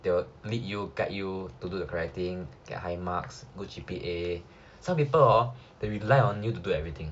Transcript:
they will lead you guide you to do the correct thing get high marks get good G_P_A some people they rely on you to do everything